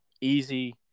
easy